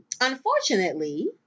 unfortunately